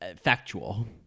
factual